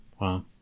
Wow